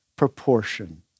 Proportion